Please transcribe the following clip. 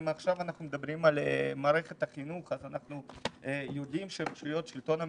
עכשיו אנחנו מדברים על מערכת החינוך אז אנחנו יודעים שהשלטון המקומי,